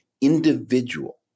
individual